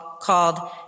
called